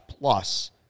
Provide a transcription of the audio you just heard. plus